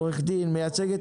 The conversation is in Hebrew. מייצג את